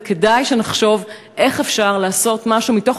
וכדאי שנחשוב איך אפשר לעשות משהו מתוך